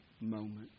moment